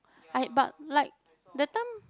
I but like that time